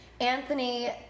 Anthony